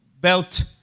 Belt